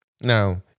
now